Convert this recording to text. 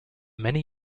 many